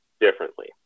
differently